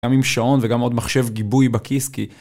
גם עם שעון וגם עוד מחשב גיבוי בכיס כי.